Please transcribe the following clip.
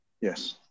yes